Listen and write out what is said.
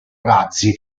razzi